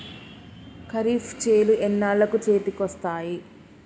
ఖరీఫ్ చేలు ఎన్నాళ్ళకు చేతికి వస్తాయి?